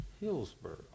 Hillsboro